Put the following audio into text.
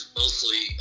mostly